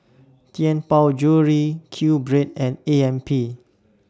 Tianpo Jewellery Q Bread and A M P